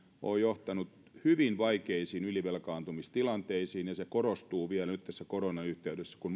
on johtanut hyvin vaikeisiin ylivelkaantumistilanteisiin ja se vielä korostuu nyt tässä koronan yhteydessä kun